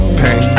pain